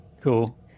Cool